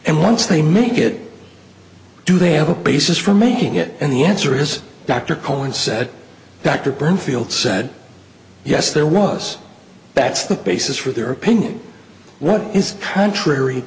and once they make it do they have a basis for making it and the answer is dr cohen said dr byrne fields said yes there was bats the basis for their opinion that is contrary